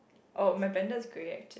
oh my blender is grey actually